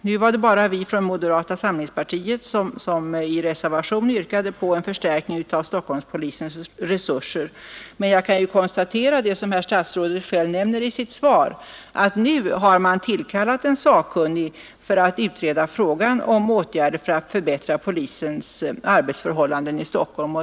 Det var bara vi från moderata samlingspartiet som i reservation yrkade på en förstärkning på Stockholmspolisens resurser. Jag kan konstatera det som statsrådet själv nämner i sitt svar, nämligen att nu har man tillkallat en sakkunnig för att utreda frågan om åtgärder för att förbättra polisens arbetsförhållanden i Stockholm.